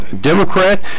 Democrat